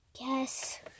Yes